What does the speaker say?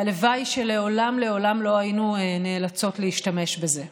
והלוואי שלעולם לעולם לא היינו נאלצות להשתמש בזה.